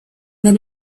then